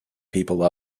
people